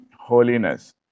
holiness